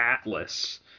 Atlas